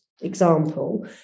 example